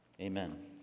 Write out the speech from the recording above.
Amen